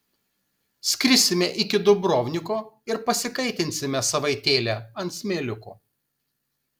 skrisime iki dubrovniko ir pasikaitinsime savaitėlę ant smėliuko